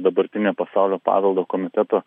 dabartinė pasaulio paveldo komiteto